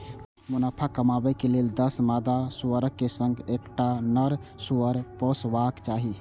मुनाफा कमाबै लेल दस मादा सुअरक संग एकटा नर सुअर पोसबाक चाही